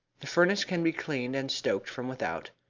the furnace can be cleaned and stoked from without.